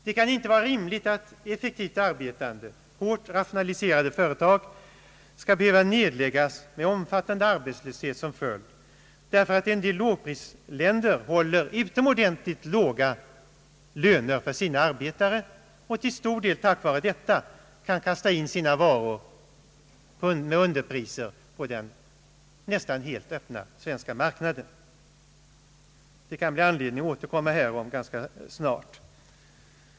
Det kan inte vara rimligt att effektivt arbetande och hårt rationaliserade företag skall behöva nedläggas med omfattande arbetslöshet som följd därför att en del lågprisländer håller utomordentligt låga löner för sina arbetare och till stor del tack vare detta kan kasta in sina varor till underpriser på den nästan helt öppna svenska marknaden. Det kan bli anledning att återkomma härtill ganska snart.